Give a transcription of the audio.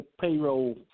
payroll